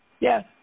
Yes